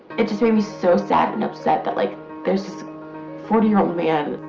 it just made me so sad and upset that like there's this forty year old man